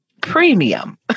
Premium